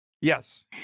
Yes